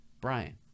Brian